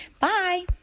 Bye